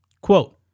Quote